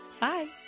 Bye